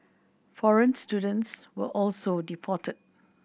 foreign students were also deported